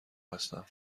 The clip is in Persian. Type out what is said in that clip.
هستم